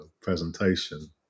presentation